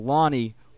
Lonnie